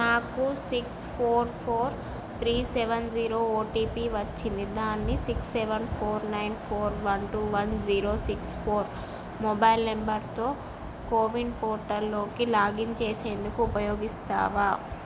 నాకు six four four three seven zero OTP వచ్చింది దాన్ని six seven four nine four one two one zero six four mobile నంబర్తో కోవిన్ పోర్టల్లోకి login చేసేందుకు ఉపయోగిస్తావా